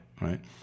right